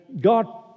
God